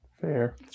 Fair